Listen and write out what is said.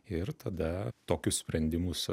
ir tada tokius sprendimus